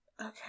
Okay